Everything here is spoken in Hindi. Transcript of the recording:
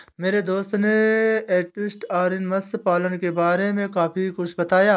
मेरे दोस्त ने एस्टुअरीन मत्स्य पालन के बारे में काफी कुछ बताया